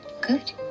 Good